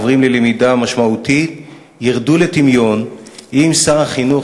עוברים ללמידה משמעותית" ירדו לטמיון אם שר החינוך